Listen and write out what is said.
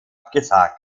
abgesagt